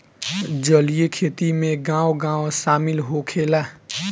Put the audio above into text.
जलीय खेती में गाँव गाँव शामिल होखेला